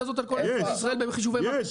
הזאת על כל אזרחי ישראל בחישובי עלות תועלת.